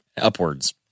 upwards